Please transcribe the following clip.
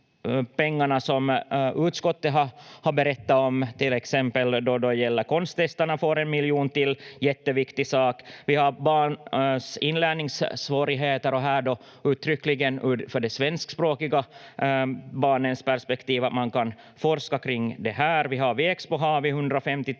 pengarna som utskottet har berättat om: Till exempel Konsttestarna får en miljon till — en jätteviktig sak. Vi har barnens inlärningssvårigheter, och här är det uttryckligen ur de svenskspråkiga barnens perspektiv man kan forska. Vi har Viexpo, vi har 150 000